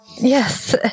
Yes